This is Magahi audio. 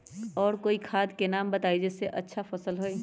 और कोइ खाद के नाम बताई जेसे अच्छा फसल होई?